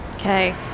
Okay